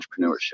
entrepreneurship